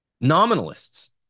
nominalists